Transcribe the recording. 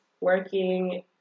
working